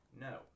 No